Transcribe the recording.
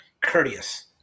courteous